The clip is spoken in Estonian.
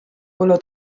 kulu